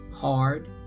hard